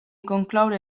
concloure